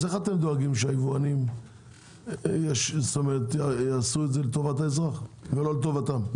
אז איך אתם דואגים שהיבואנים יעשו את זה לטובת האזרח ולא לטובתם?